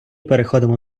переходимо